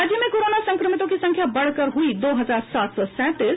राज्य में कोरोना संक्रमितों की संख्या बढ़कर हुई दो हजार सात सौ सैंतीस